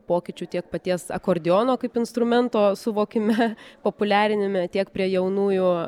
pokyčių tiek paties akordeono kaip instrumento suvokime populiarinime tiek prie jaunųjų